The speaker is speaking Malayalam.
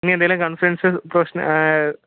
ഇനി എന്തെങ്കിലും കൺസേൺസ്സ് പ്രശ്നം